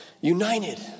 united